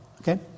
Okay